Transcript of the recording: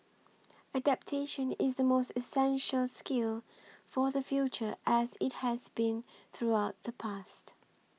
adaptation is the most essential skill for the future as it has been throughout the past